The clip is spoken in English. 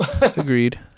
Agreed